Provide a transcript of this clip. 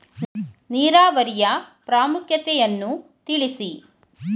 ನೀರಾವರಿಯ ಪ್ರಾಮುಖ್ಯತೆ ಯನ್ನು ತಿಳಿಸಿ?